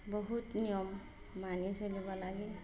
বহুত নিয়ম মানি চলিব লাগে